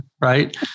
Right